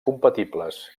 compatibles